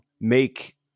make